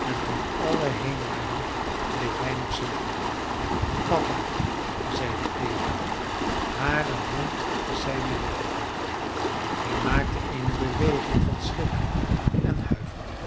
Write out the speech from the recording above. en toen allen heen waren bleef hij nog zitten papa zeide eva hare hand op de zijne leggende hij maakte eene beweging van schrik en huiverde